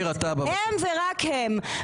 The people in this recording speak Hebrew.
הם ורק הם.